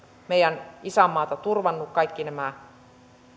meidän isänmaata turvannut kaikki nämä